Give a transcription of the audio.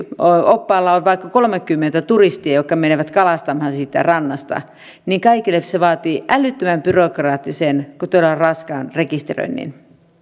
oppaalla on vaikkapa kolmekymmentä turistia jotka menevät kalastamaan siitä rannasta se vaatii älyttömän byrokraattisen todella raskaan rekisteröinnin